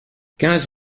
quinze